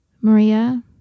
Maria